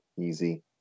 easy